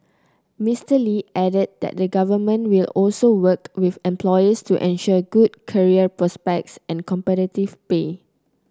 Mister Lee added that the Government will also work with employers to ensure good career prospects and competitive pay